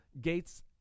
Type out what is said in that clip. Gates